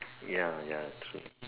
ya ya true